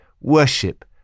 Worship